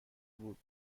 بود